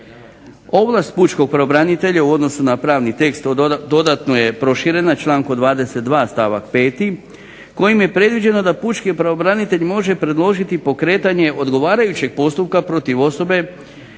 Ovlast pučkog pravobranitelja u odnosu na pravni tekst dodatno je proširena člankom 22. stavak 5. kojim je predviđeno da pučki pravobranitelj može predložiti pokretanje odgovarajućeg postupka protiv osobe